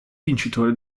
vincitore